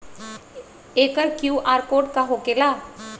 एकर QR code का होकेला?